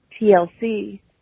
TLC